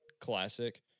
classic